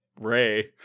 Ray